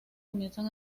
comienzan